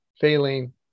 failing